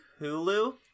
Hulu